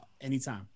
anytime